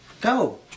go